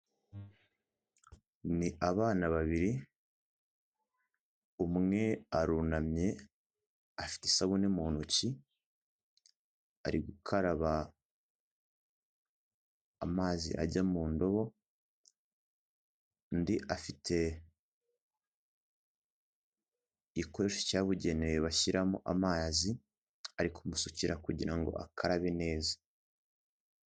Ni abana babiri umwe arunamye afite isabune mu ntoki ari gukaraba amazi ajya mu ndobo, undi afite igikoresho cyabugenewe bashyiramo amazi ari kumusukira kugira ngo akarabe neza.